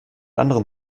anderen